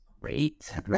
great